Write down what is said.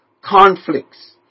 conflicts